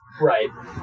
right